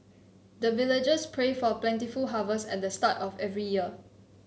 the villagers pray for plentiful harvest at the start of every year